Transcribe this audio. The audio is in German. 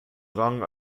rang